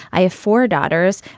i have four daughters.